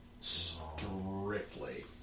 Strictly